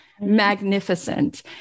magnificent